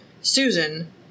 Susan